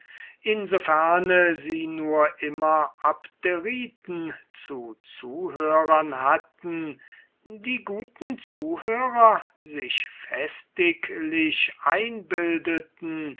ferne sie nur immer abderiten zu zuhörern hatten die guten zuhörer sich festiglich einbildeten